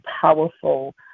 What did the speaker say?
powerful